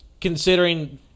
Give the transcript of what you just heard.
considering